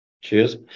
cheers